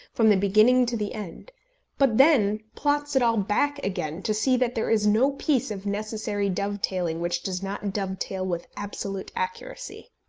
from the beginning to the end but then plots it all back again, to see that there is no piece of necessary dove-tailing which does not dove-tail with absolute accuracy.